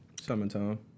Summertime